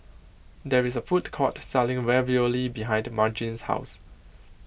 there is a food court selling Ravioli behind Margene's house